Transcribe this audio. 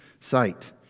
sight